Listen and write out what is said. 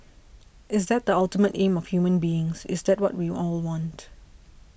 is that the ultimate aim of human beings is that what we all want